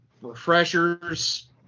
refreshers